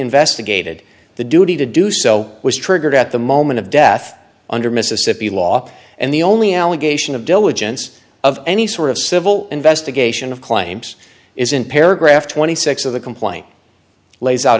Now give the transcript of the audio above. investigated the duty to do so was triggered at the moment of death under mississippi law and the only allegation of diligence of any sort of civil investigation of claims is in paragraph twenty six dollars of the complaint lays out